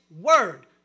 word